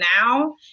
now